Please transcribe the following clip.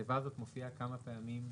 התיבה הזאת מופיעה כמה פעמים בחוק.